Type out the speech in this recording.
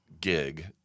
gig